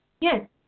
Yes